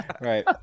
Right